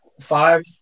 five